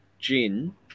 gin